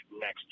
next